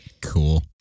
Cool